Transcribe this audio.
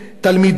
תלמידים,